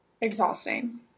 exhausting